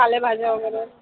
पालेभाज्या वगैरे